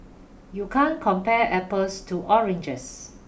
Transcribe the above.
you can't compare apples to oranges